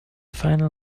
final